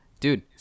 Dude